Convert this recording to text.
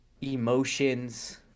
emotions